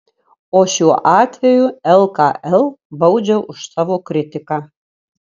o šiuo atveju lkl baudžia už savo kritiką